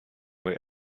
were